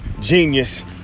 genius